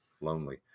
lonely